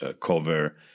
cover